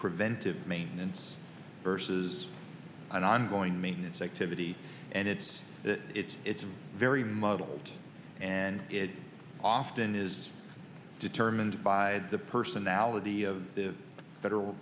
preventive maintenance versus an ongoing maintenance activity and it's it's it's very muddled and it often is determined by the personality of the federal